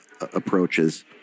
approaches